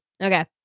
Okay